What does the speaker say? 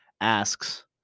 asks